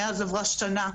מאז עברה שנה,